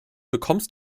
bekommst